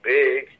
big